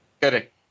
Correct